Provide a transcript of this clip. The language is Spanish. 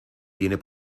tiene